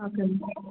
okay